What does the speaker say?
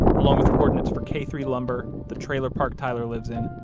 along with coordinates for k three lumber, the trailer park tyler lives in,